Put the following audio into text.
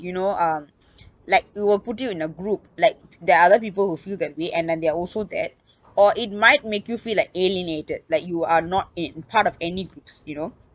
you know um like it will put you in a group like there are other people who feel that way and then they are also that or it might make you feel like alienated like you are not in part of any groups you know